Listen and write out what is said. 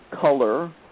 color